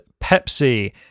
Pepsi